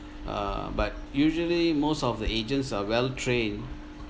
err but usually most of the agents are well trained